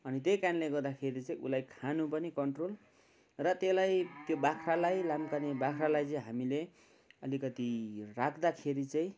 अनि त्यही कारणले गर्दाखेरि चाहिँ ऊलाई खानु पनि कन्ट्रोल र त्योलाई त्यो बाख्रालाई लाम्काने बाख्रालाई चाहिँ हामीले अलिकति राख्दाखेरि चाहिँ